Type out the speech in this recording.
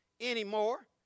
anymore